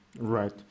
Right